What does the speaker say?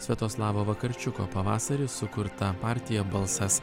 sviatoslavo vakarčiuko pavasarį sukurta partija balsas